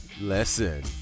Listen